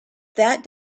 that